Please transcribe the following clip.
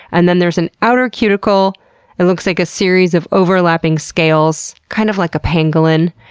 and then there's an outer cuticle that looks like a series of overlapping scales, kind of like a pangolin,